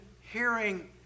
hearing